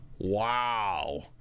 Wow